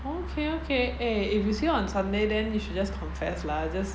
wong fu kay eh if you see on sunday then you should just confessed largest